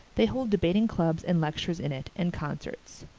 they hold debating clubs and lectures in it and concerts.